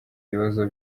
ibibazo